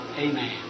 Amen